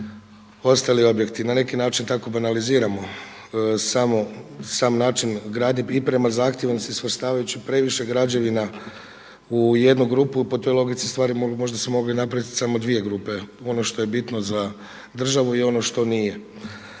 ostali objekti. Na neki način tako banaliziramo sam način gradnje i prema zahtjevu … svrstavajući previše građevina u jednu grupu. Po toj logici stvari možda su se mogle napraviti samo dvije grupe, ono što je bitno za državu i ono što nije.